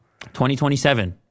2027